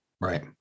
Right